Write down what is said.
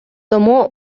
тому